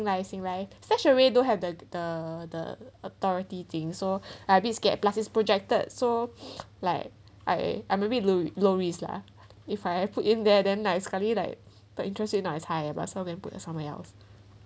life sing life stash away don't have the the the authority thing so I a bit scared plus is projected so like I I maybe lo~ low risk lah if I put in there then like sekali like the interest rate not as high ah but some put the somewhere else